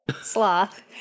Sloth